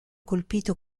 colpito